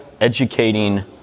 educating